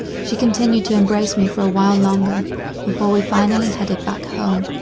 she continued to embrace me for a while longer before we finally headed back home.